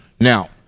Now